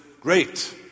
great